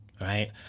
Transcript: right